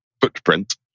footprint